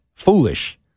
foolish